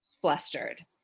flustered